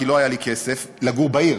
כי לא היה לי כסף לגור בעיר.